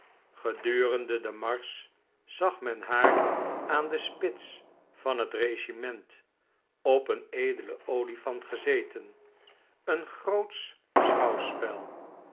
gedurendc den marsch zag men haar aan de spits van het regiment op een edelen olifant gezeten een grootsch schouwspel